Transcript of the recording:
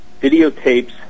videotapes